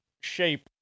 shape